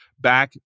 back